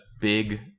big